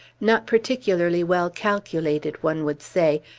not particularly well calculated, one would say,